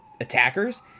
attackers